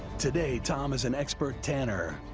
today, tom is an expert tanner.